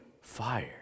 fire